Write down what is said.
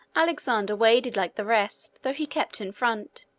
alexander waded like the rest, though he kept in front,